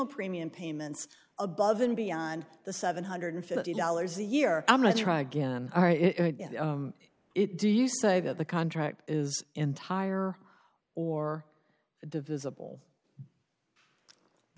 premium payments above and beyond the seven hundred and fifty dollars a year i'm going to try again are it do you say that the contract is entire or divisible i